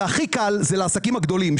והכי קל זה לעסקים הגדולים,